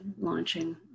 launching